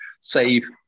save